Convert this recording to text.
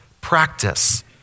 practice